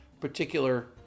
particular